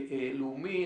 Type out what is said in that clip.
לאומי.